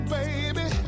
baby